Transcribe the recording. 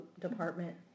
department